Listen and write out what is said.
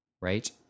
right